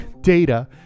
data